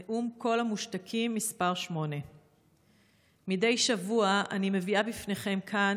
נאום קול המושתקים מס' 8. מדי שבוע אני מביאה בפניכם כאן